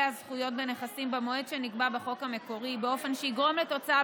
הזכויות בנכסים במועד שנקבע בחוק המקורי באופן שיגרום לתוצאה